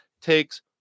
takes